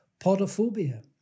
podophobia